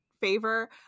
favor